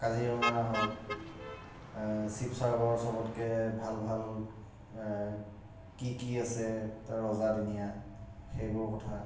কাজিৰঙা হওক শিৱসাগৰৰ চবতকৈ ভাল ভাল কি কি আছে ৰজাদিনীয়া সেইবোৰ কথা